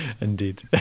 Indeed